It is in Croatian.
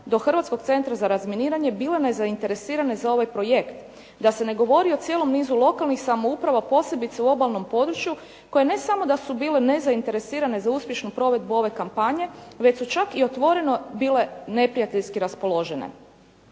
do Hrvatskog centra za razminiranje bile nezainteresirane za ovaj projekt, da se ne govori o cijelom nizu lokalnih samouprava, posebice u obalnom području, koje ne samo da su bile nezainteresirane za uspješnu provedbu ove kampanje, već su čak i otvoreno bile neprijateljski raspoložene.